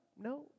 no